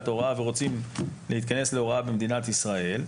הוראה ורוצים להיכנס להוראה במדינת ישראל,